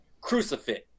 Crucifix